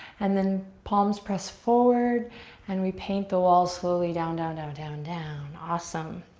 and then palms press forward and we paint the wall slowly down, down, down, down down awesome.